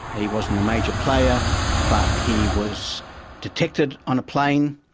he wasn't the major player but he was detected on a plane,